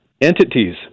entities